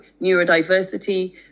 neurodiversity